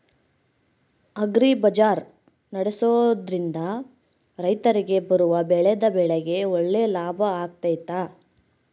Agri bazaar ನಡೆಸ್ದೊರಿಂದ ರೈತರಿಗೆ ಅವರು ಬೆಳೆದ ಬೆಳೆಗೆ ಒಳ್ಳೆ ಲಾಭ ಆಗ್ತೈತಾ?